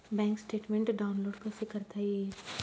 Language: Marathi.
बँक स्टेटमेन्ट डाउनलोड कसे करता येईल?